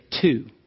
two